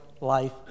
life